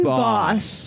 boss